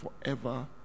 forever